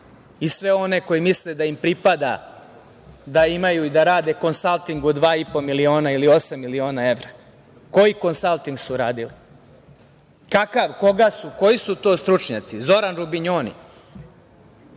i sve one koji misle da im pripada da imaju i da rade konsalting od dva i po miliona ili osam miliona evra. Koji konsalting su radili? Kakav? Koji su to stručnjaci? Zoran Rubinjoni?